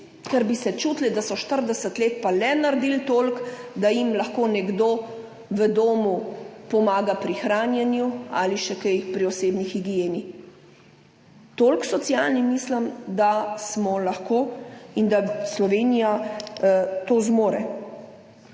ker bi se čutili, da so štirideset let pa le naredili toliko, da jim lahko nekdo v domu pomaga pri hranjenju ali še kaj, pri osebni higieni. Toliko socialni, mislim, da smo lahko, je zagotovo